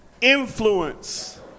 influence